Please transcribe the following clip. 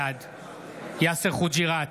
בעד יאסר חוג'יראת,